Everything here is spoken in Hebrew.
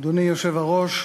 אדוני היושב-ראש,